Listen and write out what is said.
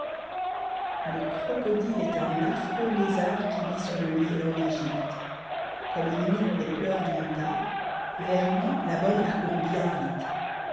le crocodile est un affreux lézard qui vit sur le nil en egypte f comme il imite les pleurs du moutard vers lui la bonne accourt bien vite